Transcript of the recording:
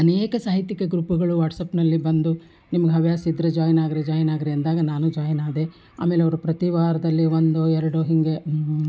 ಅನೇಕ ಸಾಹಿತ್ಯಿಕ ಗ್ರೂಪುಗಳು ವಾಟ್ಸ್ಆ್ಯಪ್ನಲ್ಲಿ ಬಂದು ನಿಮ್ಗೆ ಹವ್ಯಾಸ ಇದ್ದರೆ ಜಾಯಿನ್ ಆಗಿರಿ ಜಾಯಿನ್ ಆಗಿರಿ ಅಂದಾಗ ನಾನು ಜಾಯಿನ್ ಆದೆ ಆಮೇಲೆ ಅವರು ಪ್ರತಿ ವಾರದಲ್ಲಿ ಒಂದೋ ಎರಡೋ ಹೀಗೆ